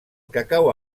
cacau